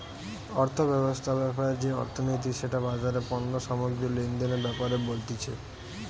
অর্থব্যবস্থা ব্যাপারে যে অর্থনীতি সেটা বাজারে পণ্য সামগ্রী লেনদেনের ব্যাপারে বলতিছে